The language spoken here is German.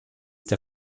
der